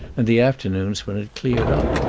and the afternoons when it cleared up.